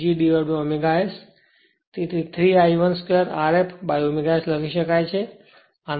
તેથી 3 I1 2 Rf by ω S લખી શકાય છે